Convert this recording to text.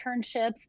internships